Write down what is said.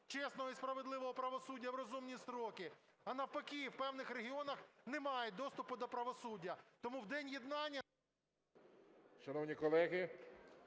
чесного і справедливого правосуддя в розумні строки, а навпаки, в певних регіонах не мають доступу до правосуддя. Тому в День єднання…